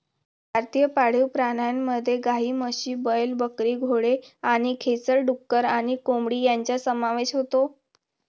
भारतीय पाळीव प्राण्यांमध्ये गायी, म्हशी, बैल, बकरी, घोडे आणि खेचर, डुक्कर आणि कोंबडी यांचा समावेश होतो